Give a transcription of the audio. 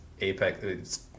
apex